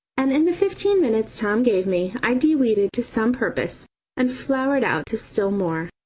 and in the fifteen minutes tom gave me i de-weeded to some purpose and flowered out to still more.